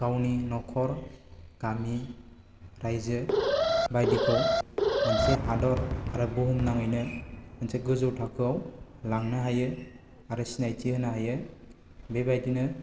गावनि न'खर गामि राज्यो बायदिखौ मोनसे हादर आरो बुहुमनाङैनो मोनसे गोजौ थाखोआव लांनो हायो आरो सिनायथि होनो हायो बेबायदिनो